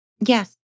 Yes